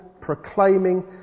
proclaiming